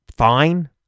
Fine